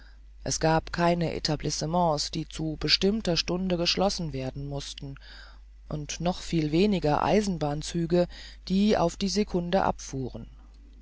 es gab keine etablissements die zu bestimmter stunde geschlossen werden mußten und noch viel weniger eisenbahnzüge die auf die secunde abfuhren